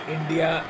India